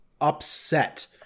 upset